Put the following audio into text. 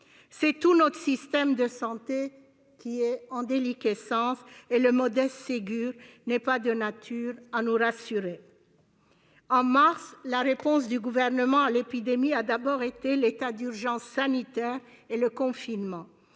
C'est tout notre système de santé qui est en déliquescence, et le modeste Ségur de la santé n'est pas de nature à nous rassurer. En mars, la réponse du Gouvernement à l'épidémie a d'abord été l'état d'urgence sanitaire et le confinement.